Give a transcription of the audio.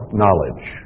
knowledge